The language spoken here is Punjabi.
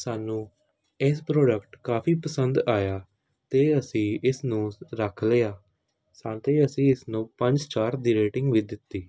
ਸਾਨੂੰ ਇਸ ਪ੍ਰੋਡੈਕਟ ਕਾਫੀ ਪਸੰਦ ਆਇਆ ਅਤੇ ਅਸੀਂ ਇਸ ਨੂੰ ਰੱਖ ਲਿਆ ਸਾਂਤੇ ਅਸੀਂ ਇਸ ਨੂੰ ਪੰਜ ਸਟਾਰ ਦੀ ਰੇਟਿੰਗ ਵੀ ਦਿੱਤੀ